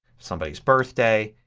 somebody's birthday